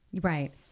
Right